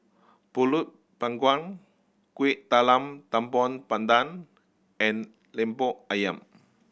Pulut Panggang Kueh Talam Tepong Pandan and Lemper Ayam